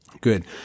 Good